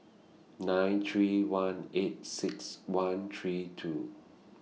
nine three one eight six one three two